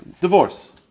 Divorce